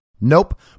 Nope